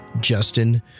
Justin